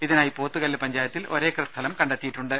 ഇതിനായി പോത്തുകല്ല് പഞ്ചായത്തിൽ ഒരേ ക്കർ സ്ഥലം കണ്ടെത്തിയിട്ടുണ്ട്